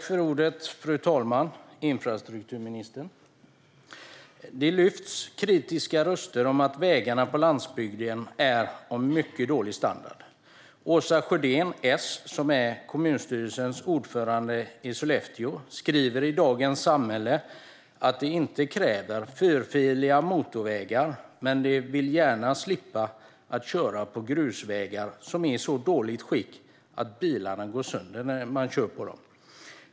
Fru talman! Infrastrukturministern! Det lyfts kritiska röster om att vägarna på landsbygden är av mycket dålig standard. Åsa Sjödén , kommunstyrelsens ordförande i Sollefteå, skriver i Dagens Samhälle att man inte kräver fyrfiliga motorvägar, men man vill gärna slippa att köra på grusvägar som är i så dåligt skick att bilarna går sönder när man kör på dem.